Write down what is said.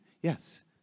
yes